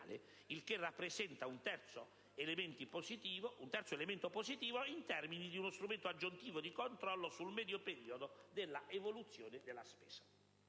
il che rappresenta un terzo elemento positivo in termini di uno strumento aggiuntivo di controllo sul medio periodo dell'evoluzione della spesa.